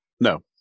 No